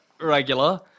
regular